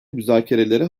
müzakerelere